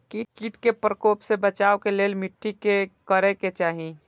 किट के प्रकोप से बचाव के लेल मिटी के कि करे के चाही?